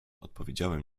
odpowiedziałem